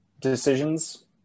decisions